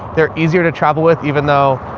they're easier to travel with even though,